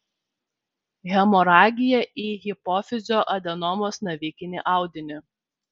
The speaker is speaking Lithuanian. hemoragija į hipofizio adenomos navikinį audinį